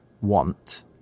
want